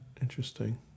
Interesting